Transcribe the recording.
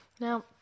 Now